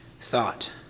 thought